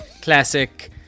classic